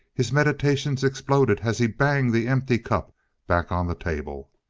his meditations exploded as he banged the empty cup back on the table.